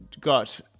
got